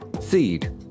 seed